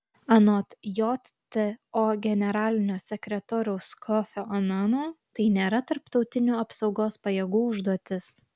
anot jto generalinio sekretoriaus kofio anano tai nėra tarptautinių apsaugos pajėgų užduotis